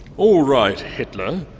alright hitler,